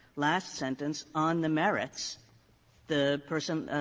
last sentence on the merits the person,